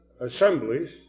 assemblies